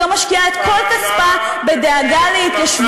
למה החטיבה להתיישבות לא משקיעה את כל כספה בדאגה להתיישבות,